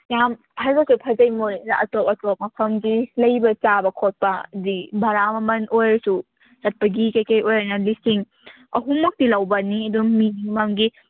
ꯌꯥꯝ ꯍꯥꯏꯔꯞꯀ ꯐꯖꯩ ꯃꯣꯔꯦꯗ ꯑꯇꯣꯞ ꯑꯇꯣꯞ ꯃꯐꯝꯗꯤ ꯂꯩꯕ ꯆꯥꯕ ꯈꯣꯠꯄꯗꯤ ꯕꯔꯥ ꯃꯃꯟ ꯑꯣꯏꯔꯁꯨ ꯆꯠꯄꯒꯤ ꯀꯩꯀꯩ ꯑꯣꯏꯔꯒꯅ ꯂꯤꯁꯤꯡ ꯑꯍꯨꯝꯃꯨꯛꯇꯤ ꯂꯧꯕꯅꯤ ꯑꯗꯨꯝ ꯃꯤ ꯑꯃꯃꯝꯒꯤ